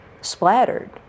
splattered